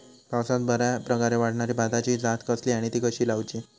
पावसात बऱ्याप्रकारे वाढणारी भाताची जात कसली आणि ती कशी लाऊची?